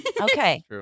Okay